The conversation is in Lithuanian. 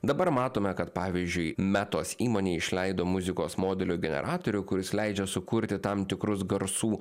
dabar matome kad pavyzdžiui metos įmonė išleido muzikos modelio generatorių kuris leidžia sukurti tam tikrus garsų